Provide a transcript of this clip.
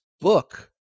book